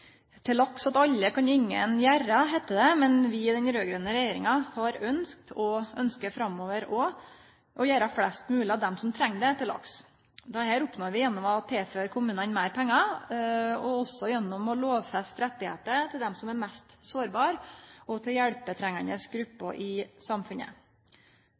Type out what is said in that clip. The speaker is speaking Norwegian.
«Til lags åt alle kan ingen gjera», heiter det, men vi i den raud-grøne regjeringa har ønskt, og ønskjer framover også, å gjere flest mogleg av dei som treng det, til lags. Dette oppnår vi gjennom å tilføre kommunane meir pengar, og også gjennom å lovfeste rettar til dei mest sårbare og hjelpetrengande gruppene i samfunnet. Å lovfeste rettar medfører nokre dilemma i høve til